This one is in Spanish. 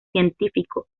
científico